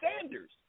Sanders